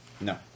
No